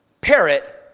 parrot